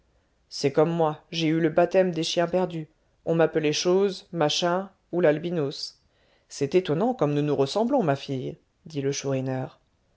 c'est comme moi j'ai eu le baptême des chiens perdus on m'appelait chose machin ou l'albinos c'est étonnant comme nous nous ressemblons ma fille dit le chourineur